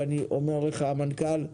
ואני אומר לך המנכ"ל,